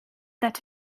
that